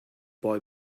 boy